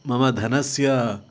मम धनस्य